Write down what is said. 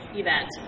event